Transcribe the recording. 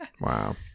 Wow